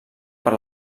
per